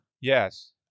Yes